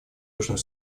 южный